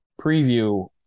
preview